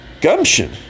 gumption